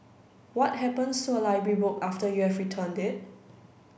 what happens to a library book after you have returned it